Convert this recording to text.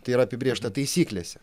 tai yra apibrėžta taisyklėse